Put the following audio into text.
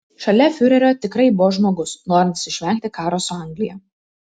šalia fiurerio tikrai buvo žmogus norintis išvengti karo su anglija